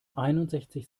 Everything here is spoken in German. einundsechzig